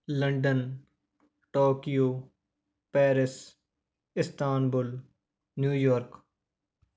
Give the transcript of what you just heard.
London Tokyo Paris Istanbul New York